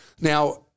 Now